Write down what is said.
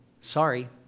Sorry